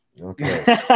Okay